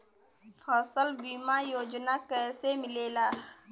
फसल बीमा योजना कैसे मिलेला?